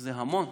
זה המון.